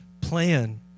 plan